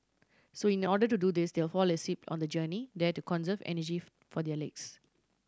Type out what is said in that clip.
so in order to do this they'll fall asleep on the journey there to conserve energy for their legs